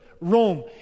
Rome